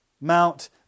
Mount